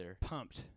pumped